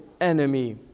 enemy